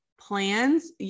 plans